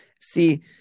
see